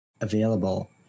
available